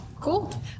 cool